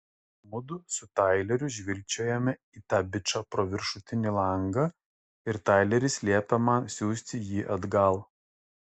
mudu su taileriu žvilgčiojame į tą bičą pro viršutinį langą ir taileris liepia man siųsti jį atgal